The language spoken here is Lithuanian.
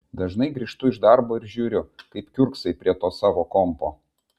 dažnai grįžtu iš darbo ir žiūriu kaip kiurksai prie to savo kompo